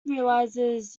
realizes